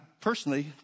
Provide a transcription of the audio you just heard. personally